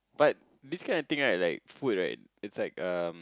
but this kind of thing right like food right it's like um